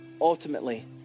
ultimately